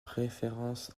préférence